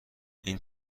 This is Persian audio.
این